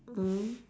mm